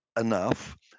enough